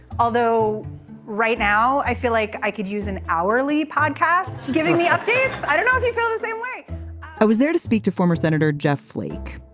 although right now i feel like i could use an hourly podcast. giving me updates. i don't know if you feel the same way i was there to speak to former senator jeff flake.